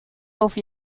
over